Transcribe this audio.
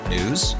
News